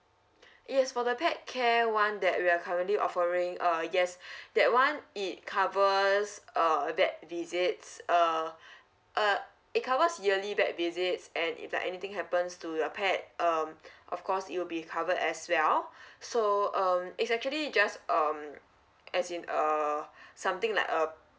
yes for the pet care one that we are currently offering uh yes that one it covers err vet visits err uh it covers yearly vet visits and if like anything happens to your pet um of course it'll be covered as well so um it's actually just um as in err something like a